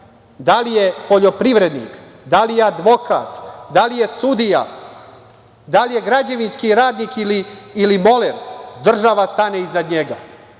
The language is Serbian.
da li je poljoprivrednik, da li je advokat, da li je sudija, da li je građevinski radnik ili moler, država stane iza njega,